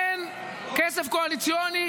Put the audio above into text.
אין כסף קואליציוני,